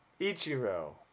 Ichiro